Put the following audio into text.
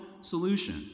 solution